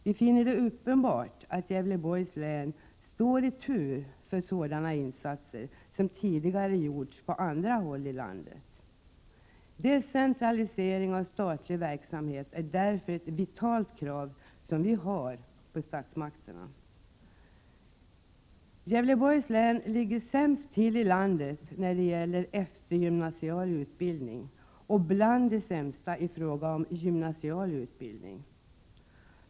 Det är uppenbart att Gävleborgs län står i tur för sådana insatser som tidigare har gjorts på andra håll i landet. Decentralisering av statlig verksamhet är därför ett vitalt krav som vi ställer till statsmakterna. Gävleborgs län ligger sämst till i landet när det gäller eftergymnasial utbildning och är bland de sämsta i fråga om gymnasial utbildning.